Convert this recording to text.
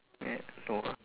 a~ no ah